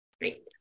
Great